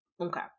okay